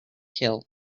hill